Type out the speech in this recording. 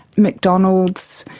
mcdonald's,